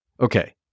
Okay